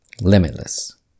limitless